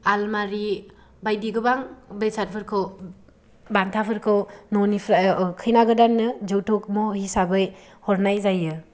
आलमारि बायदि गोबां बेसादफोरखौ बान्थाफोरखौ न'निफ्राय खैना गोदाननो जौतुक महर हिसाबै हरनाय जायो